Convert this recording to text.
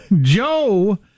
Joe